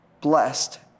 blessed